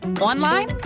online